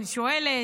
אני שואלת